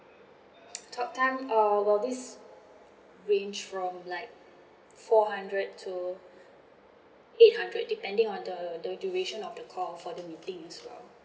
talk time uh well this range from like four hundred to eight hundred depending on the the duration of the call for the meeting as well